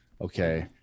okay